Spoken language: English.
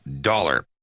dollar